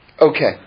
Okay